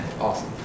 Awesome